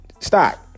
Stop